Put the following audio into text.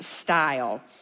style